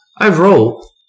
overall-